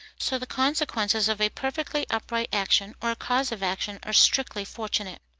so the consequences of a perfectly upright action, or cause of action, are strictly fortunate.